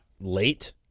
late